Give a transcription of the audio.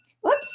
whoops